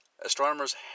Astronomers